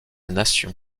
nation